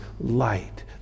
light